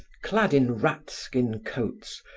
clad in rat-skin coats,